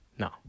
No